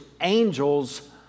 angels